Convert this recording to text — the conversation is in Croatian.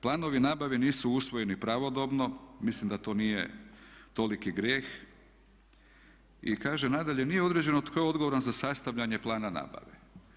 Planovi nabave nisu usvojeni pravodobno, mislim da to nije toliki grijeh i kaže nadalje nije određeno tko je odgovoran za sastavljanje plana nabave.